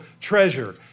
treasure